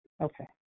okay